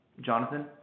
Jonathan